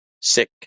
sick